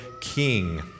king